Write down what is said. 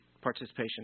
participation